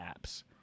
apps